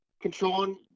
controlling